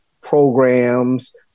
programs